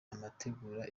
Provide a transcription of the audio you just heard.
amategura